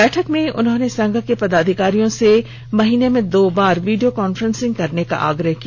बैठक में उन्होंने संघ के पदाधिकारियों से माह में दो बार वीडियो कांफ्रेंसिंग करने का आग्रह किया